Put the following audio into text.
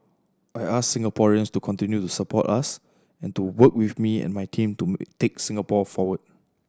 I ask Singaporeans to continue to support us and to work with me and my team to take Singapore forward